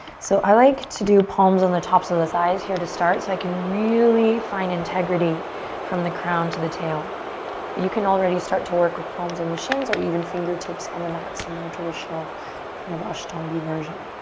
so i like to do palms on the tops of the thighs here to start so i can really find integrity from the crown to the tail. but you can already start to work with palms on the shins, or even fingertips on the mat, some more traditional kind of ashtanga version.